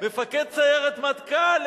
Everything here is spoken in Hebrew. מפקד סיירת מטכ"ל?